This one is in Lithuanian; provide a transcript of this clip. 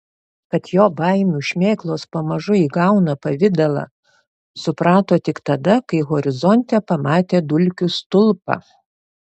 kad jo baimių šmėklos pamažu įgauna pavidalą suprato tik tada kai horizonte pamatė dulkių stulpą